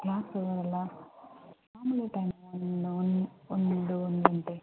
class ಅವೆಲ್ಲ ಮಾಮೂಲಿ time ಒಂದ್ ಒಂದ್ ಒಂದು ಒಂದು ಗಂಟೆ